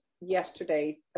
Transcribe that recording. yesterday